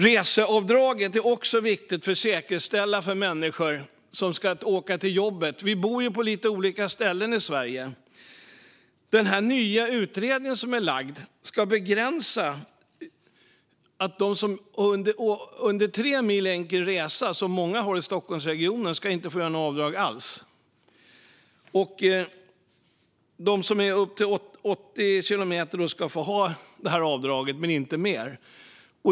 Reseavdraget är också viktigt för människor som ska åka till jobbet. Vi bor ju på lite olika ställen i Sverige. Enligt det nya förslag som lagts fram ska de som har mindre än tre mil enkel resa, som många har i Stockholmsregionen, inte få göra några avdrag alls. De som har upp till 80 kilometers resa ska få ha det här avdraget men inte mer.